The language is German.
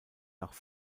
nach